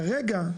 כרגע,